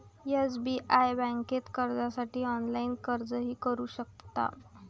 SBI बँकेत कर्जासाठी online अर्जही करू शकता